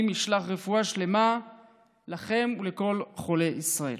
ישלח רפואה שלמה לכם ולכל חולי ישראל.